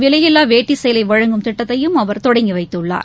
விலையில்லா வேட்டி சேலை வழங்கும் திட்டத்தையும் அவர் தொடங்கி வைத்தார்